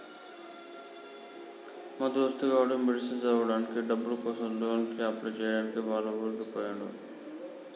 మా దోస్తు గాడు మెడిసిన్ చదవడానికి డబ్బుల కోసం లోన్ కి అప్లై చేయడానికి వాళ్ల ఊరికి పోయిండు